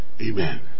Amen